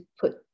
put